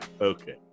Okay